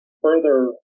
further